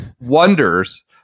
wonders